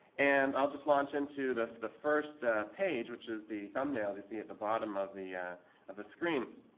and i'll just launch into the the first page, which is the thumbnail you see at the bottom of the of the screen.